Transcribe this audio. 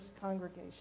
congregation